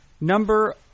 Number